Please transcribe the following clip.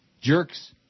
Jerks